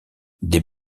des